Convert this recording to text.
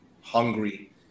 hungry